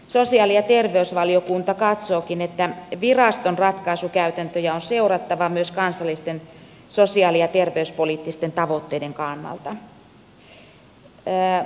sosiaali ja terveysvaliokunta katsookin että viraston ratkaisukäytäntöjä on seurattava myös kansallisten sosiaali ja terveyspoliittisten tavoitteiden kannalta